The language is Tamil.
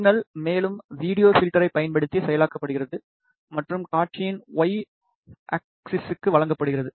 சிக்னல் மேலும் வீடியோ பில்டர்களைப் பயன்படுத்தி செயலாக்கப்படுகிறது மற்றும் காட்சியின் Y ஆக்ஸிஸ்க்கு வழங்கப்படுகிறது